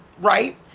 right